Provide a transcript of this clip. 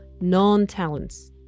non-talents